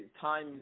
time